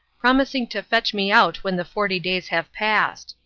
promising to fetch me out when the forty days have passed.